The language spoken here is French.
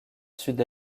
sud